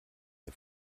ihr